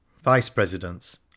Vice-Presidents